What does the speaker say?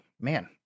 man